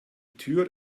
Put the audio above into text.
tür